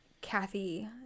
Kathy